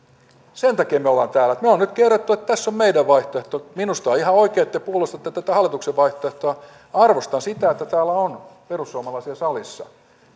sen takia me olemme täällä että me olemme nyt kertoneet että tässä on meidän vaihtoehtomme minusta on ihan oikein että te puolustatte tätä hallituksen vaihtoehtoa arvostan sitä että täällä on perussuomalaisia salissa